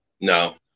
No